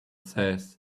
says